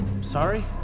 Sorry